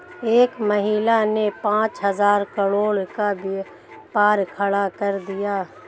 एक महिला ने पांच हजार करोड़ का व्यापार खड़ा कर दिया